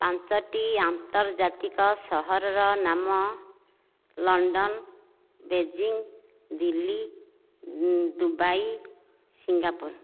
ପାଞ୍ଚୋଟି ଆନ୍ତର୍ଜାତିକ ସହରର ନାମ London Beijing Delhi Dubai Singapore